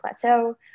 plateau